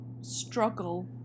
struggle